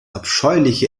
abscheuliche